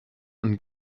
und